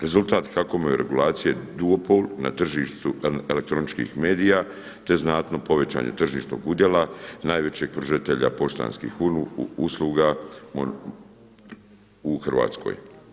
Rezultat HAKOM-a i regulacije duopol na tržištu elektroničkih medija te znatno povećanje tržišnog udjela, najvećeg pružatelja poštanskih usluga u Hrvatskoj.